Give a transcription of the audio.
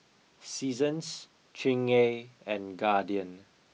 Seasons Chingay and Guardian